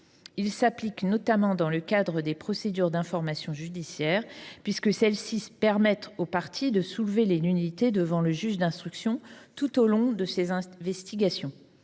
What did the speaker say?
Ils s’appliquent notamment dans le cadre des procédures d’information judiciaire puisque celles ci permettent aux parties de soulever les nullités devant le juge d’instruction tout au long de ses investigations.